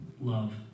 Love